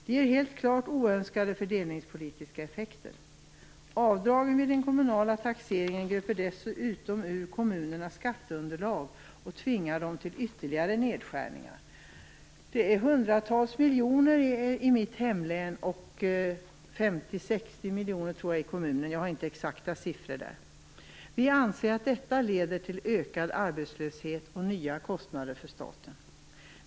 Detta är helt klart oönskade fördelningspolitiska effekter. Avdragen vid den kommunala taxeringen gröper dessutom ur kommunernas skatteunderlag och tvingar dem till ytterligare nedskärningar. I mitt hemlän handlar det om hundratals miljoner och om 50-60 miljoner i min hemkommun - jag har inte de exakta siffrorna. Vi anser att detta leder till ökad arbetslöshet och nya kostnader för staten.